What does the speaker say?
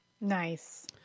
Nice